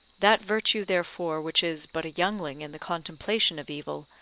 that virtue therefore which is but a youngling in the contemplation of evil,